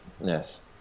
Yes